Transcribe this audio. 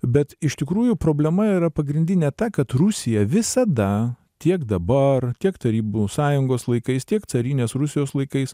bet iš tikrųjų problema yra pagrindinė ta kad rusija visada tiek dabar kiek tarybų sąjungos laikais tiek carinės rusijos laikais